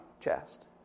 chest